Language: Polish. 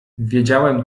wiedziałem